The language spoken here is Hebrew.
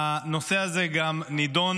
הנושא הזה גם נדון